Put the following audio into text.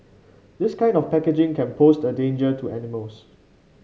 this kind of packaging can pose a danger to animals